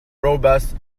robust